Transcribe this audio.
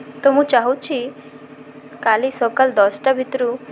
ତ ମୁଁ ଚାହୁଁଛି କାଲି ସକାଳ ଦଶଟା ଭିତରୁ